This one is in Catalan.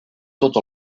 tot